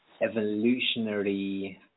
evolutionary